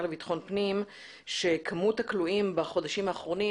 לבטחון פנים שכמות הכלואים בחודשים האחרונים